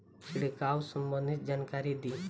छिड़काव संबंधित जानकारी दी?